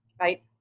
Right